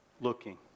looking